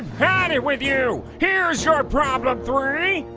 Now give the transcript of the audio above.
it with you! here's your problem three.